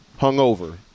hungover